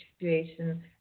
situation